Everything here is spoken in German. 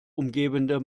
umgebende